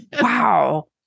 wow